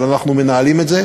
אבל אנחנו מנהלים את זה,